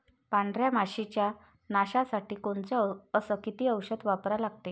पांढऱ्या माशी च्या नाशा साठी कोनचं अस किती औषध वापरा लागते?